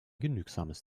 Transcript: genügsames